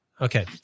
Okay